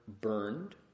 burned